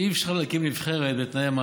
אתה קונקורנט שלהם, לא אני.